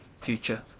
future